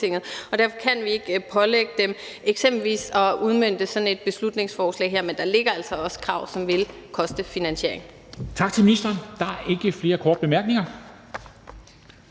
Derfor kan vi ikke pålægge dem eksempelvis at udmønte sådan et beslutningsforslag her. Men der ligger altså også krav i det, som vil medføre